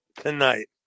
tonight